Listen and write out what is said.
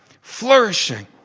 flourishing